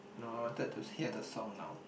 no I wanted to hear the song now